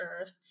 earth